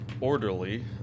orderly